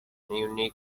unique